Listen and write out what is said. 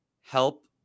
help